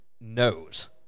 knows